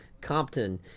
Compton